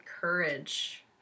courage